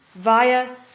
via